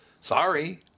Sorry